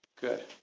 Good